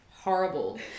horrible